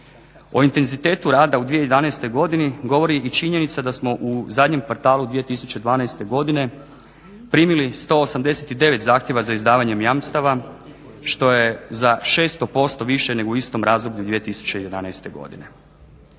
O intenzitetu rada u 2011. godini govori i činjenica da smo u zadnjem kvartalu 2012. godine primili 189 zahtjeva za izdavanjem jamstava što je za 600% više nego u istom razdoblju 2011. godine.